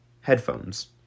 headphones